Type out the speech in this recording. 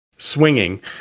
Swinging